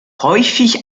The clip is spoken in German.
häufig